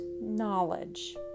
knowledge